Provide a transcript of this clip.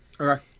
Okay